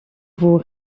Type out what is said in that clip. vous